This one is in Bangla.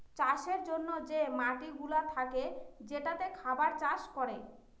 চাষের জন্যে যে মাটিগুলা থাকে যেটাতে খাবার চাষ করে